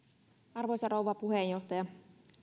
arvoisa rouva